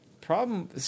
Problem